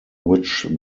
which